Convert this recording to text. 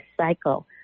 cycle